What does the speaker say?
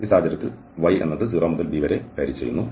ഈ സാഹചര്യത്തിൽ y ഈ 0 മുതൽ b വരെ വ്യത്യാസപ്പെടുന്നു